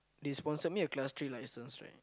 they sponsored me a class three license right